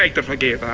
like to forget